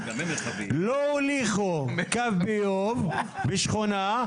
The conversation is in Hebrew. לא הוליכו קו ביוב משכונה,